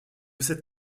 cette